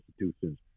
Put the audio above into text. institutions